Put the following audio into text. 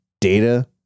data